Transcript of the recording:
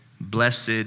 Blessed